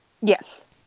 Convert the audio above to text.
Yes